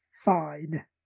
fine